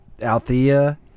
Althea